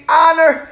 honor